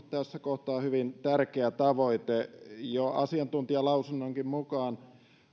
tässä kohtaa hyvin tärkeä tavoite jo asiantuntijalausunnonkin mukaan